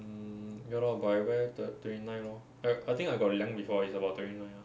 mm ya lor but I wear thir~ twenty nine lor I I think I got 量 before is about twenty nine